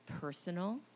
personal